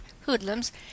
hoodlums